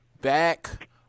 back